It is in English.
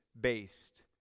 based